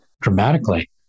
dramatically